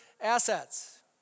assets